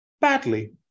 badly